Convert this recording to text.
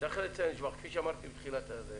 שבסך הכול הנושא הזה מתייעל,